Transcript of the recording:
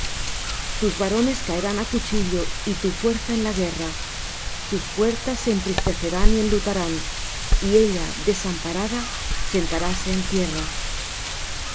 tus varones caerán á cuchillo y tu fuerza en la guerra sus puertas se entristecerán y enlutarán y ella desamparada sentaráse en tierra